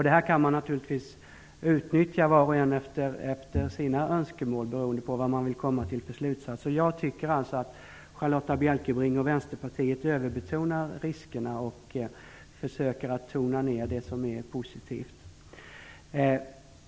Det kan naturligtvis var och en utnyttja för sina ändamål, beroende vilken slutsats man vill dra. Jag tycker att Charlotta L Bjälkebring och Vänsterpartiet överdriver riskerna och försöker att tona ned det som är positivt.